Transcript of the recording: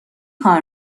کار